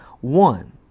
one